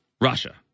Russia